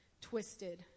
twisted